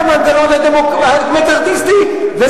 המנגנון המקארתיסטי נועד להפחיד אנשים מלעשות מעשים חוקיים,